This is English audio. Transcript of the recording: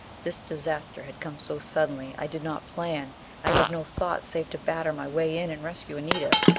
this disaster had come so suddenly. i did not plan i had no thought save to batter my way in and rescue anita.